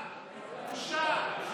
בושה.